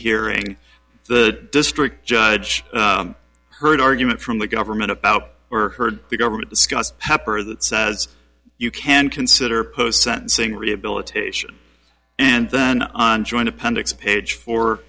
hearing the district judge heard arguments from the government about or heard the government discussed pepper that says you can consider post sentencing rehabilitation and then on joint appendix page four